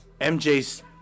MJ's